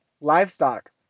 livestock